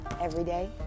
Everyday